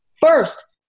First